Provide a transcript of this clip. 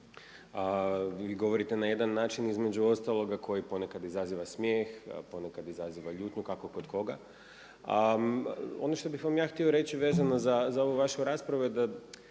Vi govorite na jedan način između ostaloga koji ponekad izaziva smijeh, ponekad izaziva ljutnju kako kod koga, a ono što bih vam ja htio reći vezano za ovu vašu raspravu je da